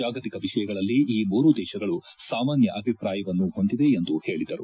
ಜಾಗತಿಕ ವಿಷಯಗಳಲ್ಲಿ ಈ ಮೂರು ದೇಶಗಳ ಸಾಮಾನ್ನ ಅಭಿಪ್ರಾಯವನ್ನು ಹೊಂದಿವೆ ಎಂದು ಹೇಳಿದರು